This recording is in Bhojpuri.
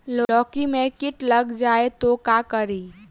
लौकी मे किट लग जाए तो का करी?